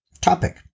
topic